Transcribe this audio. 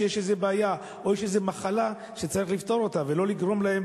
שיש איזה בעיה או איזה מחלה שצריך לפתור אותה ולא לגרום להם